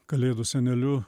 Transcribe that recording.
kalėdų seneliu